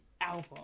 album